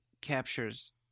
captures